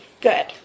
good